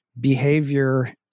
behavior